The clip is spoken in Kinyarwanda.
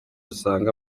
usanga